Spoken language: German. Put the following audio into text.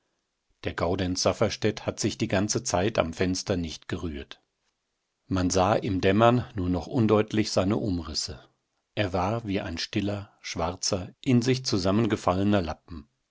der gaudenz safferstätt hat sich die ganze zeit am fenster nicht gerührt man sah im dämmern nur noch undeutlich seine umrisse er war wie ein stiller schwarzer in sich zusammengefallener lappen